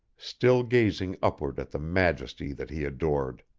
still gazing upward at the majesty that he adored.